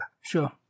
Sure